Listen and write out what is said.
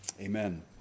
Amen